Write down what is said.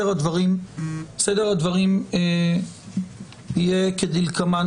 סדר הדברים יהיה כדלקמן,